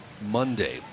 Monday